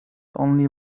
only